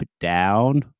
Down